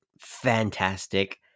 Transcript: fantastic